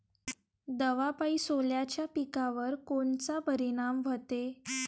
दवापायी सोल्याच्या पिकावर कोनचा परिनाम व्हते?